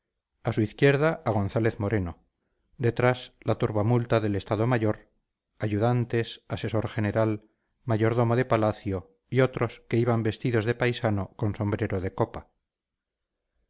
a su izquierda a gonzález moreno detrás la turbamulta del estado mayor ayudantes asesor general mayordomo de palacio y otros que iban vestidos de paisano con sombrero de copa